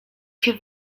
się